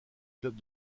club